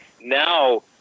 Now